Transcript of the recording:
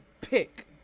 pick